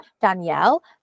Danielle